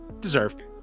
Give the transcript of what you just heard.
Deserved